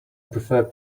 prefer